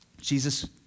Jesus